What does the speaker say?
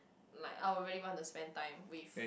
like I will really want to spend time with